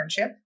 internship